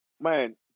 man